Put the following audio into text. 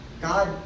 God